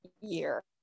year